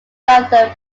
jonathan